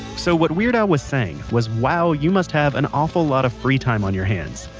so, what weird al was saying was wow, you must have an awful lot of free time on your hands.